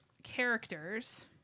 characters